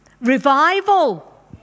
Revival